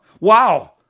wow